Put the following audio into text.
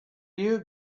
you